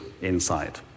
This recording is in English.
inside